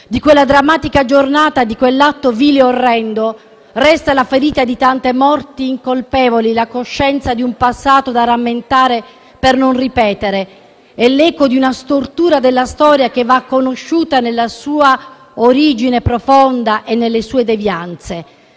Di quella drammatica giornata, di quell'atto vile e orrendo, resta la ferita di tante morti incolpevoli, la coscienza di un passato da rammentare per non ripeterlo e l'eco di una stortura della storia che va conosciuta nella sua origine profonda e nelle sue devianze.